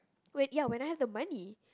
wait ya when I have the money